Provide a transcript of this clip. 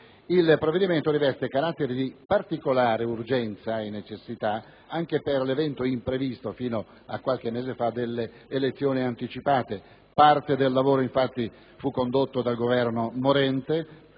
II provvedimento riveste caratteri di particolare necessità ed urgenza anche per l'evento imprevisto, fino a qualche mese fa, delle elezioni anticipate. Parte del lavoro infatti fu svolto dal Governo morente,